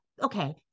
Okay